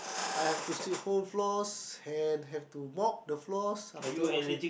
I have to sweep whole floors and have to mop the floors after washing